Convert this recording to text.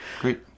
Great